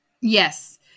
yes